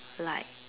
like